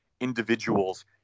individuals